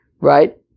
right